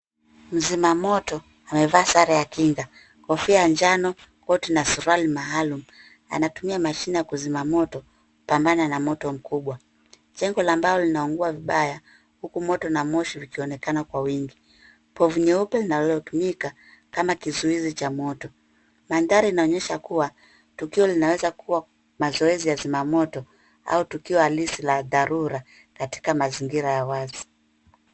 Mzima moto amevaa sare ya kinga, kofia ya njano, koti na suruali maalum. Anatumia mashine ya kuzima moto kupambana na moto mkubwa. Jengo la mbao linaungua vibaya, huku moto na moshi vikionekana kwa wingi. Povu nyeupe inayotumika kama kizuizi cha moto. Mandhari inaonyesha kuwa tukio linaweza kuwa mazoezi ya zimamoto au tukio halisi la dharura katika mazingira ya wazi.